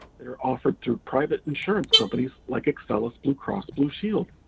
that are offered through private insurance companies like excellus blue cross blue shield.